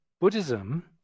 Buddhism